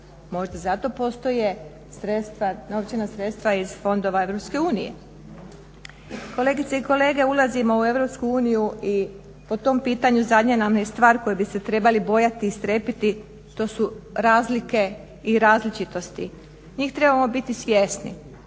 Možda za to postoje novčana sredstva iz fondova EU. Kolegice i kolege ulazimo u EU i po tom pitanju zadnja nam je stvar koje bi se trebali bojati i strepiti to su razlike i različitosti. Njih trebamo biti svjesni